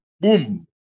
boom